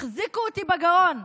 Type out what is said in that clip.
החזיקו אותי בגרון.